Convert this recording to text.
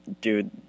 dude